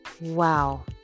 wow